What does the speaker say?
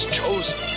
chosen